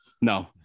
No